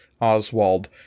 Oswald